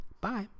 Bye